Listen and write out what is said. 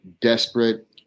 desperate